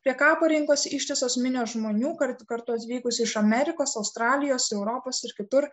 prie kapo rinkosi ištisos minios žmonių kar kartu atvykusių iš amerikos australijos europos ir kitur